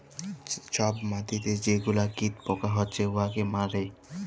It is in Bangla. ছব মাটিতে যে গুলা কীট পকা হছে উয়াকে মারে